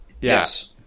Yes